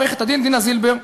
עורכת-הדין דינה זילבר,